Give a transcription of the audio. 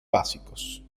básicos